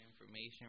information